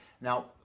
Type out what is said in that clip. Now